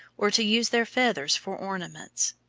or to use their feathers for ornaments.